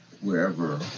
wherever